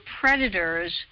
predators